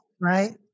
right